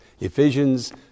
Ephesians